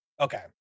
Okay